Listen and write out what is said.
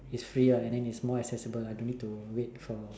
is free ah and then is more accessible ah don't need to wait for